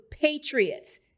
patriots